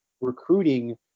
recruiting